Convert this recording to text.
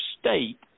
state